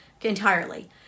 entirely